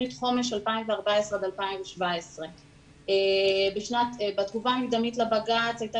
תוכנית חומש 2014 עד 2017. בתקופה המקדמית לבג"צ הייתה